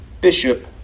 bishop